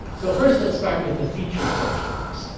so first let's start with the features benchmarks.